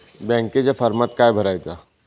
बँकेच्या फारमात काय भरायचा?